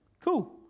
Cool